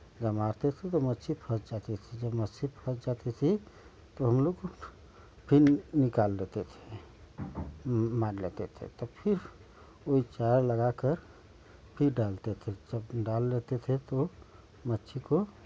जब मारते थे तो मच्छी फंस जाती थी जब मच्छी फंस जाती थी तो हम लोग फिर निकाल लेते थे मार लेते थे तो फिर वही चारा लगाकर फिर डालते थे जब डाल लेते थे तो मच्छी को